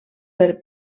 per